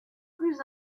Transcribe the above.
plus